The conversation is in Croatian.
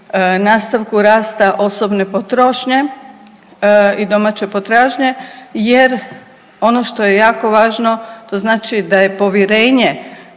nastavku rasta osobne potrošnje i domaće potražnje jer ono što je jako važno, to znači da je povjerenje